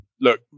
look